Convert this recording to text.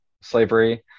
slavery